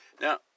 Now